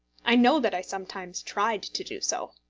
i know that i sometimes tried to do so.